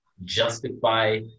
justify